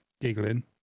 giggling